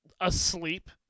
asleep